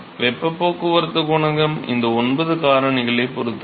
வெப்பப் போக்குவரத்துக் குணகம் இந்த ஒன்பது காரணிகளைப் பொறுத்தது